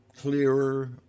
clearer